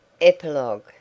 Epilogue